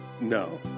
No